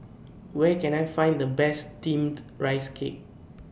Where Can I Find The Best Steamed Rice Cake